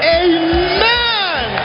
amen